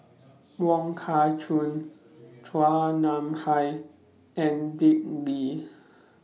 Wong Kah Chun Chua Nam Hai and Dick Lee